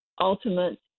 ultimate